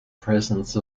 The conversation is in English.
presence